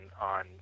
on